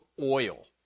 oil